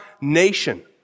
nation